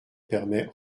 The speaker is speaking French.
permet